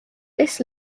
this